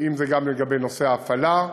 גם לגבי הנושא ההפעלה,